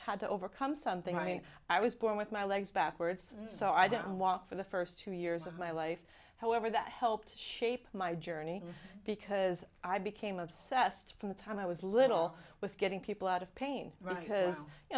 had to overcome something i mean i was born with my legs backwards and so i didn't walk for the first two years of my life however that helped shape my journey because i became obsessed from the time i was little with getting people out of pain right because